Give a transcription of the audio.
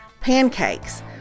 pancakes